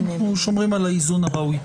אנחנו שומרים על האיזון הראוי.